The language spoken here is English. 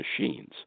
machines